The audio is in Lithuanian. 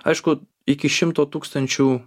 aišku iki šimto tūkstančių